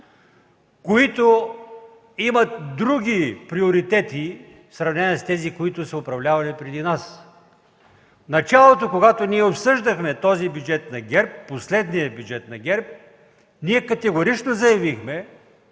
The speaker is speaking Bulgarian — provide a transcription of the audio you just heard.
които имат други приоритети, в сравнение с тези, които са предлагани преди нас. В началото, когато обсъждахме този бюджет на ГЕРБ, последния бюджет на ГЕРБ, категорично заявихме,